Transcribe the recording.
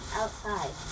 outside